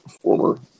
former